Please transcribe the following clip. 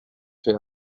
fait